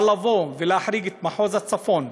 אבל להחריג את מחוז הצפון,